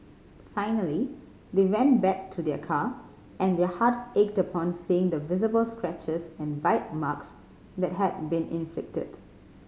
finally they went back to their car and their hearts ached upon seeing the visible scratches and bite marks that had been inflicted